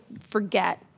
forget